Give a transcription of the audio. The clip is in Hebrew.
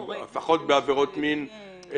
או לפחות של עבירות מין חמורות.